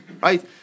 Right